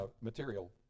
material